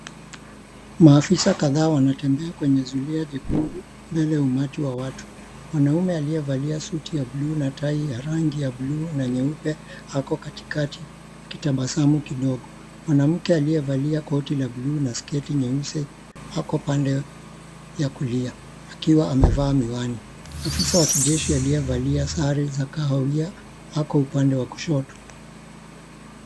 Maafisa kadhaa wanatembea kwenye zulia jekundu mbele ya umati wa watu. Mwanamme aliyevalia suti ya buluu na tai ya rangi ya buluu na nyeupe ako katikati akitabasamu kidogo. Mwanamke aliyevalia koti la buluu na sketi nyeusi ako pande ya kulia akiwa amevaa miwani. Afisa wa kijeshi aliyevalia sare za kahawia ako upande wa kushoto.